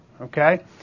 Okay